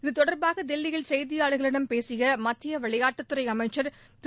இதுதொடர்பாக தில்லியில் செய்தியாளர்களிடம் பேசிய மத்திய விளையாட்டுத்துறை அமைச்சர் திரு